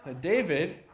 David